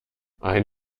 ein